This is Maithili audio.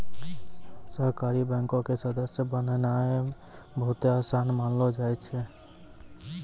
सहकारी बैंको के सदस्य बननाय बहुते असान मानलो जाय छै